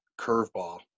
Curveball